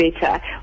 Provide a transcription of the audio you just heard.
better